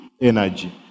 energy